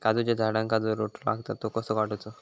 काजूच्या झाडांका जो रोटो लागता तो कसो काडुचो?